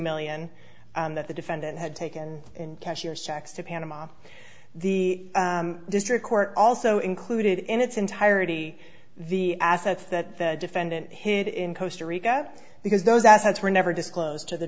million that the defendant had taken in cashier's checks to panama the district court also included in its entirety the assets that the defendant hid in coastal rica because those assets were never disclosed to the